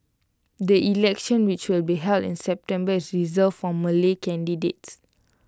the election which will be held in September is reserved for Malay candidates